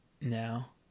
now